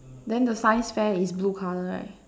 then the science fair is blue colour right